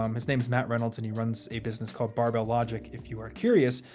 um his name is matt reynolds and he runs a business called barbell logic, if you are curious.